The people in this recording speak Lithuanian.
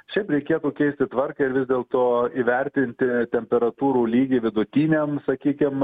šiaip reikėtų keisti tvarką ir vis dėlto įvertinti temperatūrų lygį vidutiniam sakykim